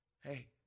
Hey